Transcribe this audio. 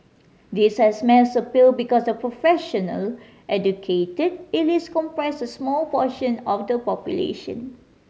this has mass appeal because the professional and educated elites comprise a small portion of the population